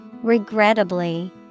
Regrettably